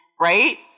right